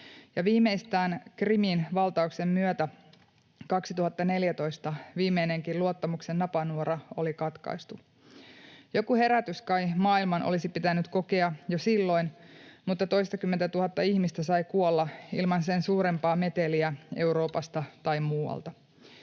viimeistään Krimin valtauksen myötä 2014 viimeinenkin luottamuksen napanuora oli katkaistu. Joku herätys kai maailman olisi pitänyt kokea jo silloin, mutta toistakymmentätuhatta ihmistä sai kuolla ilman sen suurempaa meteliä Euroopasta tai muualta.